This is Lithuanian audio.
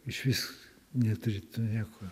išvis neturėtų nieko